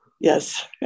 Yes